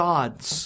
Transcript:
Gods